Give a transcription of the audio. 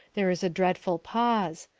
there is a dreadful pause.